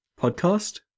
Podcast